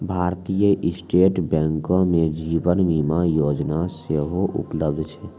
भारतीय स्टेट बैंको मे जीवन बीमा योजना सेहो उपलब्ध छै